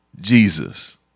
Jesus